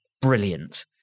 brilliant